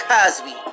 Cosby